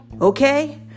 Okay